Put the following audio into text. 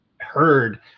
heard